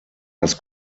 das